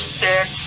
six